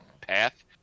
path